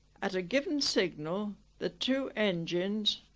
at a given signal the two engines,